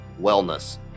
wellness